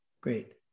great